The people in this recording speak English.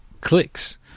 clicks